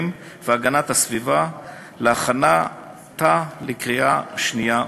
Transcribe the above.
והגנת הסביבה להכנתה לקריאה שנייה ושלישית.